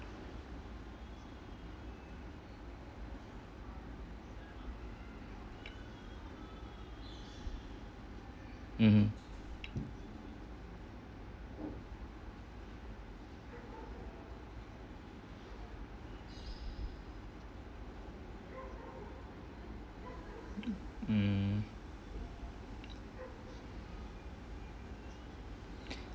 mmhmm mm